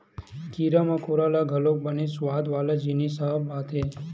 कीरा मकोरा ल घलोक बने सुवाद वाला जिनिस ह भाथे